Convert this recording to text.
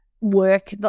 work